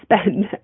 spend